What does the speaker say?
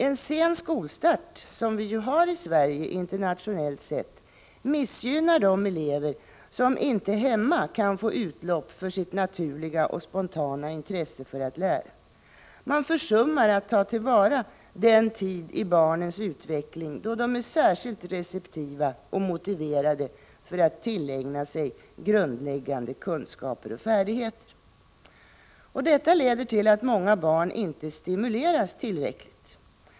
En sen skolstart som vi ju har i Sverige — internationellt sett — missgynnar de elever som inte hemma kan få utlopp för sitt naturliga och spontana intresse för att lära. Man försummar att ta till vara den tid i barnens utveckling då de är särskilt receptiva och motiverade för att tillägna sig grundläggande kunskaper och färdigheter. Detta leder till att många barn inte stimuleras tillräckligt.